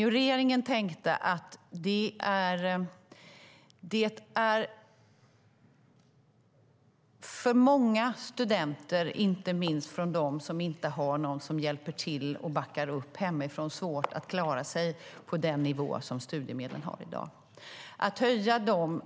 Jo, regeringen tänkte att alltför många studenter, inte minst bland dem som inte har någon som hjälper till och backar upp hemifrån, har svårt att klara sig på den nivå som studiemedlen har i dag.